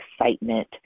excitement